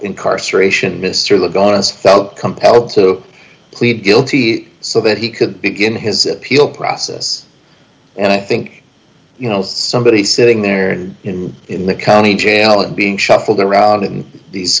incarceration mr le gone us felt compelled to plead guilty so that he could begin his appeal process and i think you know somebody sitting there in the county jail and being shuffled around in these